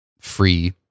free